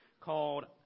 called